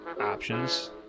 options